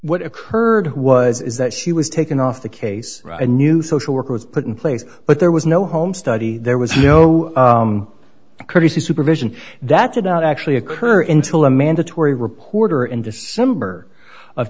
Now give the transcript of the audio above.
what occurred was is that she was taken off the case and new social work was put in place but there was no home study there was no crazy supervision that did not actually occur until a mandatory reporter in december of